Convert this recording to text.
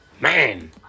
man